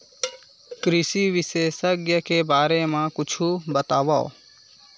कृषि विशेषज्ञ के बारे मा कुछु बतावव?